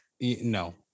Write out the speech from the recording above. No